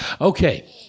Okay